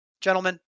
gentlemen